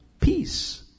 peace